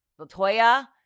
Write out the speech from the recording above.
LaToya